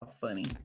funny